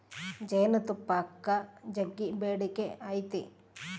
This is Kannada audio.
ಜೇನುತುಪ್ಪಕ್ಕ ಜಗ್ಗಿ ಬೇಡಿಕೆ ಐತೆ